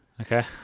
Okay